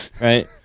right